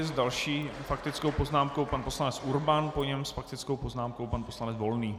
S další faktickou poznámkou pan poslanec Urban, po něm s faktickou poznámkou pan poslanec Volný.